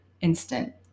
instant